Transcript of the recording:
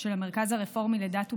של המרכז הרפורמי לדת ומדינה,